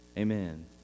amen